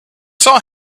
saw